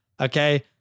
Okay